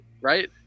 right